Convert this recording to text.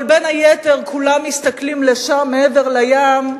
אבל בין היתר, כולם מסתכלים לשם, מעבר לים,